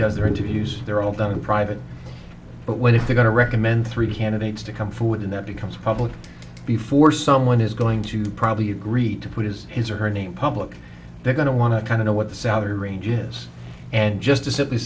does their interviews they're all done in private but when if we're going to recommend three candidates to come forward and that becomes public before someone is going to probably agree to put his his or her name public they're going to want to kind of know what the salary ranges and just to simply